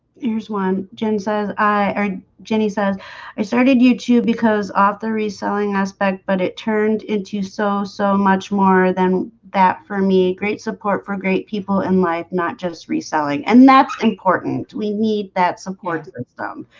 here's one jim says i are jenny says i started youtube because off the reselling aspect but it turned into so so much more than that for me great support for great people in life not just reselling and that's important. we need that support system.